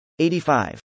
85